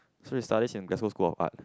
so is study in Glasgow school or what